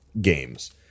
games